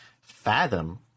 fathom